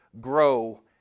grow